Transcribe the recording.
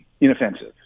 inoffensive